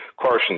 Carson